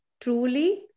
truly